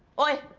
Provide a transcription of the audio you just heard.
oy,